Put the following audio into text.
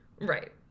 Right